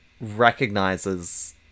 recognizes